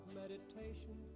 meditation